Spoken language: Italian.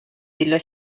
della